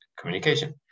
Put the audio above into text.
communication